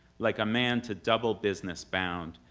like a man to double business bound,